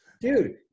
Dude